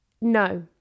no